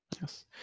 Yes